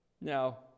Now